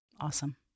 awesome